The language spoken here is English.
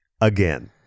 again